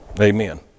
Amen